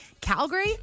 Calgary